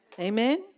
Amen